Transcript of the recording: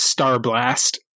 Starblast